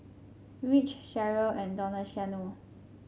Rich Sheryll and Donaciano